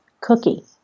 cookie